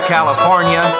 California